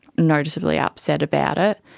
noticeably upset about it,